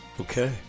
Okay